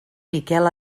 miquel